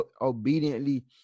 obediently